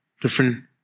Different